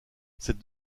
cette